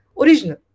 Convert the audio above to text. original